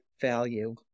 value